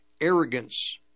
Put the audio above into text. arrogance